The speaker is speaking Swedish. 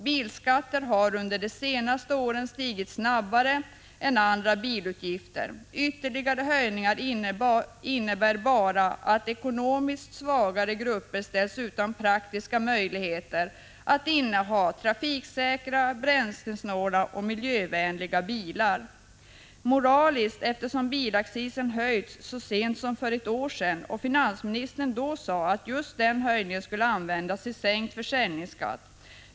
Bilskatten har under de senaste åren stigit snabbare än andra bilutgifter. Ytterligare höjningar innebär bara att ekonomiskt svagare grupper ställs utan praktiska möjligheter att inneha nya trafiksäkra, bränslesnåla och miljövänliga bilar. Det moraliska skälet är att bilaccisen höjdes så sent som för ett år sedan och finansministern då sade att just den höjningen skulle användas till sänkt försäljningsskatt.